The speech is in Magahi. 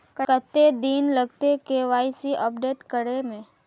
कते दिन लगते के.वाई.सी अपडेट करे में?